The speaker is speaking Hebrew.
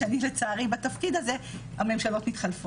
זה כן שייך לשרים מבחינת היבט של רוח המפקד ולמשרד.